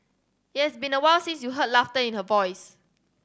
it has been awhile since you heard laughter in her voice